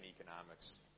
economics